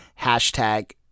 hashtag